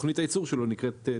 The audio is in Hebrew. תוכנית הייצור שלו נקראת תכן.